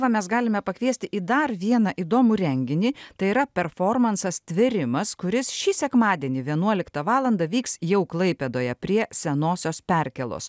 va mes galime pakviesti į dar vieną įdomų renginį tai yra performansas tvėrimas kuris šį sekmadienį vienuoliktą valandą vyks jau klaipėdoje prie senosios perkėlos